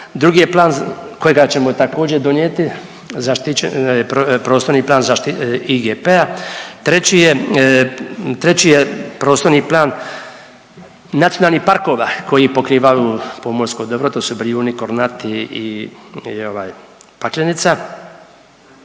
Drugi je plan kojega ćemo također donijeti, prostorni plan IGP-a. Treći je prostorni plan nacionalnih parkova koji pokrivaju pomorsko dobro, to su Brijuni, Kornati i Paklenica.